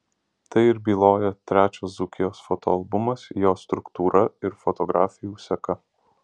tai ir byloja trečias dzūkijos fotoalbumas jo struktūra ir fotografijų seka